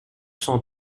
cent